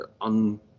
on